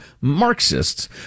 Marxists